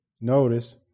notice